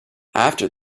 after